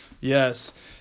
yes